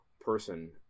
person